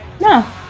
No